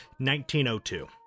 1902